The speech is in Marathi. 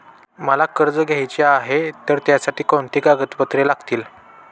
मला कर्ज घ्यायचे आहे तर त्यासाठी कोणती कागदपत्रे लागतील?